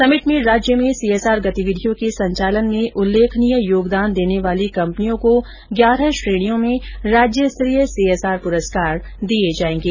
summit में राज्य में सीएसआर गतिविधियों के संचालन में उल्लेखनीय योगदान देने वाली कंपनियों को ग्यारह श्रेणी में राज्यस्तरीय सीएसआर पुरस्कार दिए जायेंगे